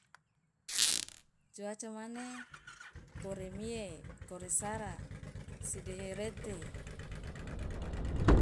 cuaca mane koremie koresara sideherete.